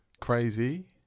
crazy